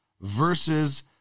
versus